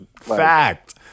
Fact